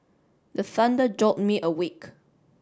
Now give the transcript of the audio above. the thunder jolt me awake